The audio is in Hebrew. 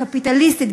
קפיטליסטית,